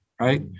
right